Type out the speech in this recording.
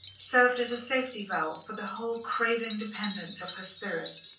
served as a safety-valve for the whole craving dependence of her spirit.